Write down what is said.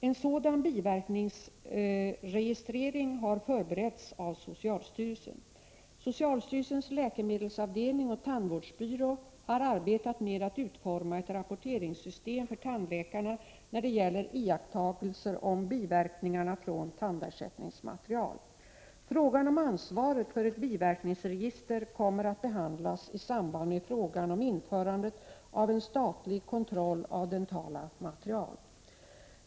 En sådan biverkningsregistrering har förberetts av socialstyrelsen. Socialstyrelsens läkemedelsavdelning och tandvårdsbyrå har arbetat med att utforma ett rapporteringssystem för tandläkarna när det gäller iakttagelser om biverkningar från tandersättningsmaterial. Frågan om ansvaret för ett biverkningsregister kommer att behandlas i samband med frågan om införande av en statlig kontroll av dentala material.